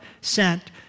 sent